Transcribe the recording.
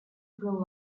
grow